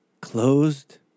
closed